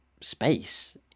space